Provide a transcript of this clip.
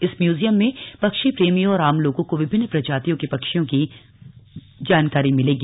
इस म्यूजियम में पक्षी प्रेमियों और आम लोगों को विभिन्न प्रजातियों के पक्षियों की जानकारी मिलेगी